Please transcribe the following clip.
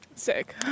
Sick